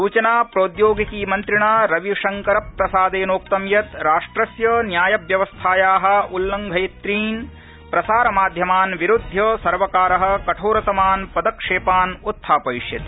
सूचना प्रौद्योगिकी मन्त्रिणा रविशंकर प्रसादेनोक्तम् यत् राष्ट्रस्य न्यायव्यवस्थाया उल्लंघयितृन् प्रसारमाध्यमान् विरूदध्य सर्वकार कठोरतमान् पदक्षेपान् उत्थापयिष्यति